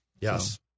Yes